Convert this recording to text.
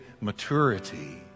maturity